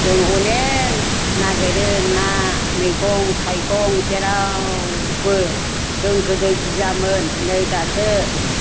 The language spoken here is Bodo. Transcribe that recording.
जों अनेक नागिरो ना मैगं थायगं जेरावबो जों गोदो गियामोन नै दासो